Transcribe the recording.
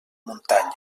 muntanya